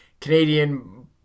Canadian